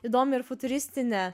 įdomią ir futuristinę